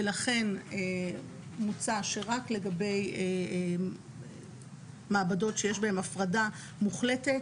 ולכן מוצע שרק לגבי מעבדות שיש בהן הפרדה מוחלטת,